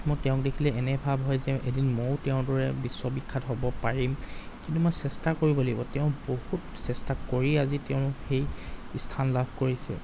মোৰ তেওঁক দেখিলে এনে ভাব হয় যে এদিন মইয়ো তেওঁৰ দৰে বিশ্ববিখ্যাত হ'ব পাৰিম কিন্তু মই চেষ্টা কৰিব লাগিব তেওঁ বহুত চেষ্টা কৰি আজি তেওঁ সেই স্থান লাভ কৰিছে